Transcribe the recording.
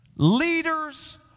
Leaders